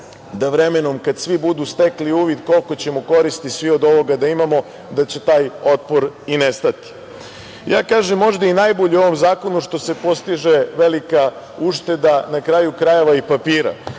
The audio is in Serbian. da vremenom kad svi budu stekli uvid koliko ćemo koristi svi od ovoga da imamo, da će taj otpor i nestati. Kažem, možda i najbolje u ovom zakonu što se postiže velika ušteda, na kraju krajeva i papira.